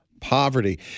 poverty